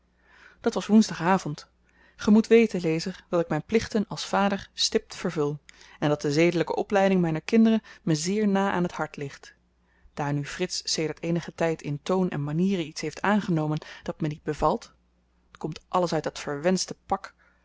dat was woensdag avend ge moet weten lezer dat ik myn plichten als vader stipt vervul en dat de zedelyke opleiding myner kinderen me zeer na aan het hart ligt daar nu frits sedert eenigen tyd in toon en manieren iets heeft aangenomen dat me niet bevalt t komt alles uit dat verwenschte pak